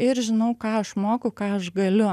ir žinau ką aš moku ką aš galiu